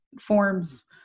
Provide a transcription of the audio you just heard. forms